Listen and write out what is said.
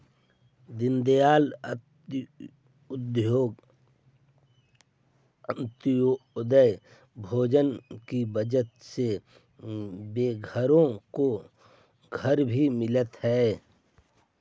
दीनदयाल अंत्योदय योजना की वजह से बेघरों को घर भी मिललई हे